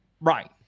Right